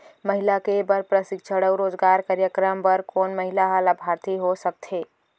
महिला के बर प्रशिक्षण अऊ रोजगार कार्यक्रम बर कोन महिला ह लाभार्थी हो सकथे?